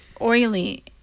oily